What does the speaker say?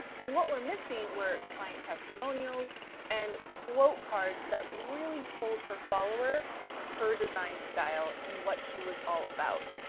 and what were missing were client testimonials and quote cards that really told her follower her design style and what she was all about.